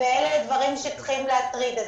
ואלה דברים שצריכים להטריד.